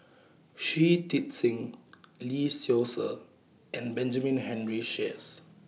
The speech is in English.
Shui Tit Sing Lee Seow Ser and Benjamin Henry Sheares